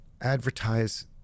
advertise